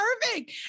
perfect